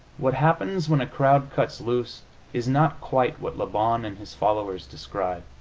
what happens when a crowd cuts loose is not quite what le bon and his followers describe.